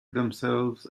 themselves